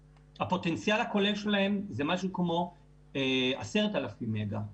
הפוטנציאל הכולל שלהם זה משהו כמו 10,000 מגה.